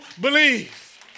believe